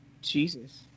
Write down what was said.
Jesus